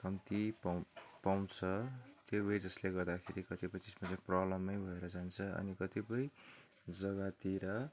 कम्ती पाउँछ त्यो वेजेसले गर्दाखेरि चाहिँ प्रबल्मस नै भएर जान्छ अनि कतिपय जग्गातिर